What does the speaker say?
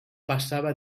passava